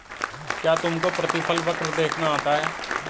क्या तुमको प्रतिफल वक्र देखना आता है?